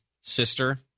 sister